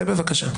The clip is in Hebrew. צא בבקשה.